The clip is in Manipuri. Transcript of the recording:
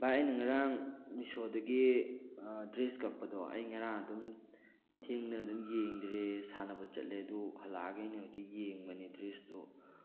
ꯕꯥꯏ ꯑꯩꯅ ꯉꯔꯥꯡ ꯃꯤꯁꯣꯗꯒꯤ ꯗ꯭ꯔꯦꯁ ꯀꯛꯄꯗꯣ ꯑꯩ ꯉꯔꯥꯡ ꯑꯗꯨꯝ ꯊꯦꯡꯗꯅ ꯑꯗꯨꯝ ꯌꯦꯡꯗ꯭ꯔꯦ ꯁꯥꯟꯅꯕ ꯆꯠꯂꯦ ꯑꯗꯨ ꯍꯂꯛꯑꯒ ꯑꯩꯅ ꯍꯧꯖꯤꯛ ꯌꯦꯡꯕꯅꯦ ꯗ꯭ꯔꯦꯁꯇꯣ